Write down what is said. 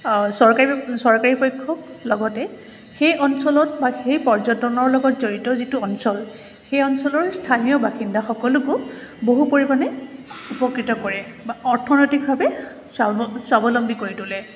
চৰকাৰী চৰকাৰী পক্ষক লগতে সেই অঞ্চলত বা সেই পৰ্যটনৰ লগত জড়িত যিটো অঞ্চল সেই অঞ্চলৰ স্থানীয় বাসিন্দা সকলকো বহু পৰিমাণে উপকৃত কৰে বা অৰ্থনৈতিকভাৱে স্বাৱ স্বাৱলম্বী কৰি তোলে